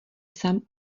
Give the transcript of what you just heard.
sám